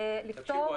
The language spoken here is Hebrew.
להתקיים.